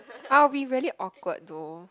I'll be really awkward though